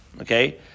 okay